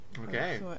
Okay